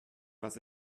was